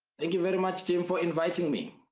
thank you very much, jim, for inviting me.